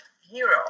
hero